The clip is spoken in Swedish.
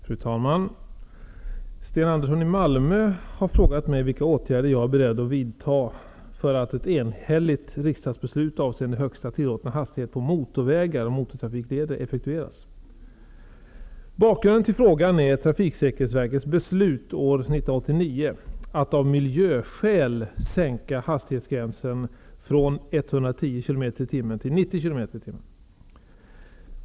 Fru talman! Sten Andersson i Malmö har frågat mig vilka åtgärder jag är beredd att vidta för att ett enhälligt riksdagsbeslut avseende högsta tillåtna hastighet på motorvägar och motortrafikleder effektueras. Bakgrunden till frågan är Trafiksäkerhetsverkets beslut år 1989 att av miljöskäl sänka hastighetsgränsen från 110 km tim.